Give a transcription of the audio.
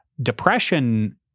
Depression